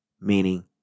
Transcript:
meaning